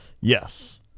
Yes